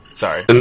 Sorry